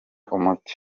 umuti